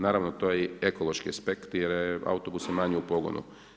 Naravno to je i ekološki aspekt jer je autobusa manje u pogonu.